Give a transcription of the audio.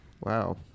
wow